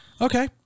Okay